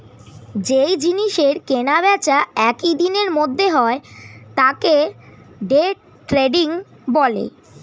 যেই জিনিসের কেনা বেচা একই দিনের মধ্যে হয় তাকে ডে ট্রেডিং বলে